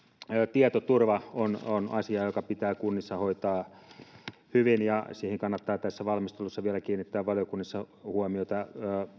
tietoturva on on asia joka pitää kunnissa hoitaa hyvin ja siihen kannattaa tässä valmistelussa vielä kiinnittää valiokunnissa huomiota